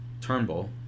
Turnbull